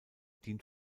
dient